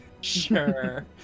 Sure